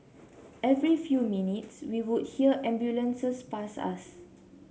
every few minutes we would hear ambulances pass us